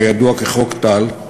הידוע כ"חוק טל",